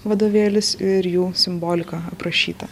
vadovėlis ir jų simbolika aprašyta